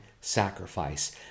sacrifice